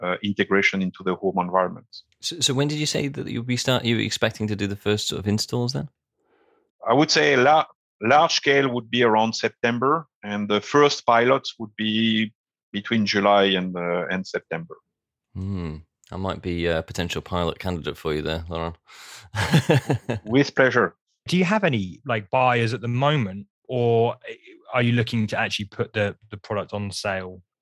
uh, integration into the home environment. So- so when did you say that you'll be start- you were expecting to do the first sort of installs then? I would say la- large scale would be around September, and the first pilots would be between July and, uh, and September. Hmm. I might be a potential pilot candidate for you there, Laurent. W- with pleasure. Do you have any, like, buyers at the moment, or are you looking to actually put the- the product on sale